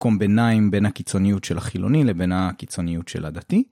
מקום ביניים בין הקיצוניות של החילוני לבין הקיצוניות של הדתי.